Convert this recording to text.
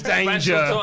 Danger